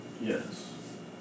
Yes